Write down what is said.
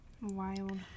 Wild